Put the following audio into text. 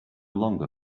longer